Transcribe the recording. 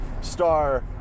star